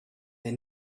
they